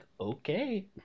okay